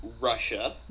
Russia